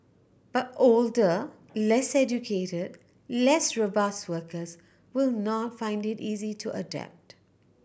but older less educated less robust workers will not find it easy to adapt